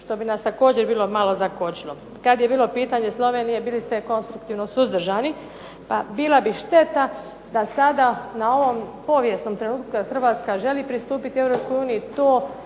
što bi nas također bilo malo zakočilo. Kad je bilo pitanje Slovenije bili ste konstruktivno suzdržani. Pa bila bi šteta da sada na ovom povijesnom trenutku kad Hrvatska želi pristupiti